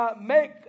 make